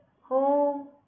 home